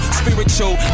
spiritual